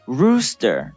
，rooster